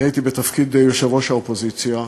אני הייתי בתפקיד יושב-ראש האופוזיציה,